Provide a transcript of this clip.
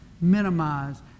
minimize